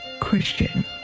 Christian